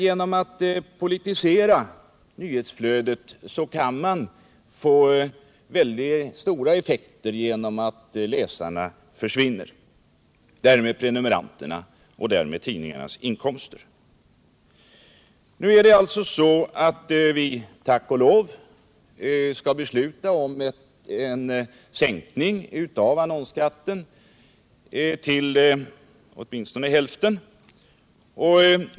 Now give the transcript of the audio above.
Ett politiserande av nyhetsflödet kan få stora effekter genom att läsarna försvinner och därmed även prenumeranterna och tidningarnas inkomster. Nu skall vi alltså tack och lov besluta om en sänkning av annonsskatten till åtminstone hälften.